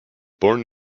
born